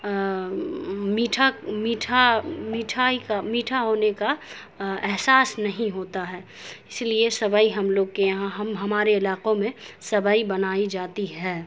میٹھا میٹھا میٹھائی کا میٹھا ہونے کا احساس نہیں ہوتا ہے اس لیے سیوئی ہم لوگ کے یہاں ہم ہمارے علاقوں میں سیوئی بنائی جاتی ہے